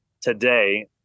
today